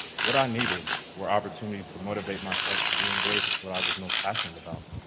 what i needed were opportunities to motivate myself to re-engage with what i was most passionate about.